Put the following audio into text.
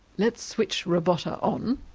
let's switch robota on